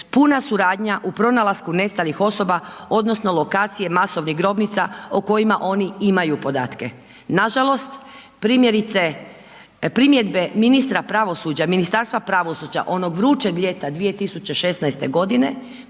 puna suradnja u pronalasku nestalih osoba odnosno lokacije masovnih grobnica o kojima oni imaju podatke. Nažalost primjerice, primjedbe ministra pravosuđa, Ministarstva pravosuđa onog vrućeg ljeta 2016. godine